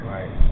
Right